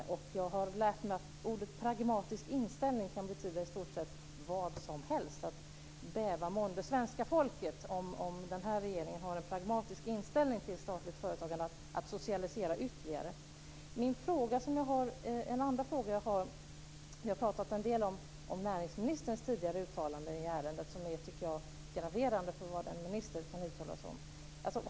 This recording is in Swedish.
Jag har lärt mig att orden pragmatisk inställning kan betyda i stort sett vad som helst. Bäva månde svenska folket om denna regering har en pragmatisk inställning till statligt företagande och vill socialisera ytterligare. Vi har pratat en del om näringsministerns tidigare uttalande i ärendet, som jag tycker är graverande.